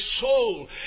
soul